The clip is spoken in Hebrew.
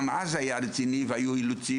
גם אז זה היה רציני והיו אילוצים,